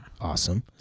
awesome